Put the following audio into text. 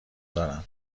دارم